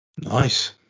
Nice